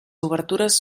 obertures